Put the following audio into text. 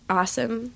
awesome